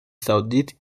saoudite